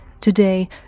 Today